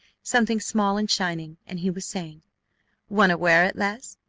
something small and shining, and he was saying want to wear it, les?